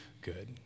good